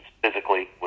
physically